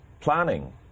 planning